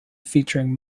featuring